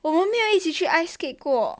我们没有一起去 ice skate 过